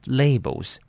labels